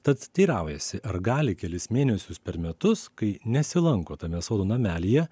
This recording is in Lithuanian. tad teiraujasi ar gali kelis mėnesius per metus kai nesilanko tame sodo namelyje